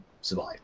survive